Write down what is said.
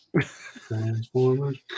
Transformers